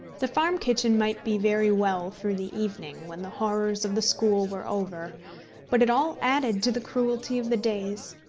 the farm kitchen might be very well through the evening, when the horrors of the school were over but it all added to the cruelty of the days